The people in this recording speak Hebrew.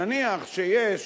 נניח שיש